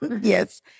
Yes